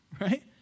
right